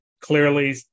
clearly